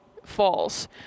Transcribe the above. Falls